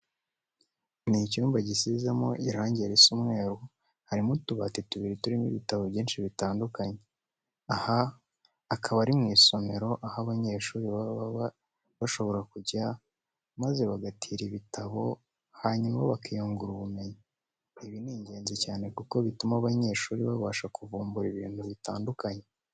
Ni icyumba gisizemo irange risa umweru, harimo utubati tubiri turimo ibitabo byinshi bitandukanye. Aha akaba ari mu isomero aho abanyeshuri baba bashobora kujya maze bagatira ibitabo hanyuma bakiyungura ubumenyi. Ibi ni ingenzi cyane kuko bituma abanyeshuri babasha kuvumbura ibintu bitandukanye.